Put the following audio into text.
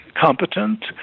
competent